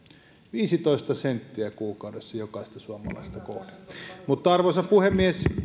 viisitoista senttiä kuukaudessa jokaista suomalaista kohden arvoisa puhemies